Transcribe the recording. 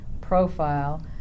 profile